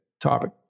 topic